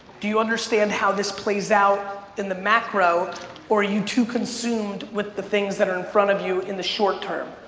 do you understand how this plays out in the macro or are you too consumed with the things that are in front of you in the short term.